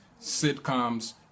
sitcoms